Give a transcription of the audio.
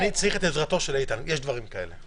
אני צריך את עזרתו של איתן, יש דברים כאלה.